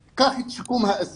קח לדוגמה את שיקום האסיר.